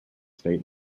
state